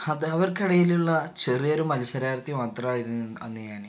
അത് അവർക്ക് ഇടയിൽ ഉള്ള ചെറിയൊരു മത്സരാർത്ഥി മാത്രമായിരുന്നു അന്ന് ഞാൻ